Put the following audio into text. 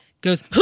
goes